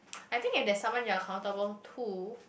I think if there's someone you're accountable to